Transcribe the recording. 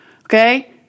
okay